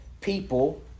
people